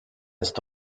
ist